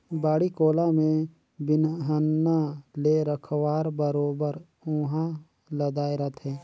बाड़ी कोला में बिहन्हा ले रखवार बरोबर उहां लदाय रहथे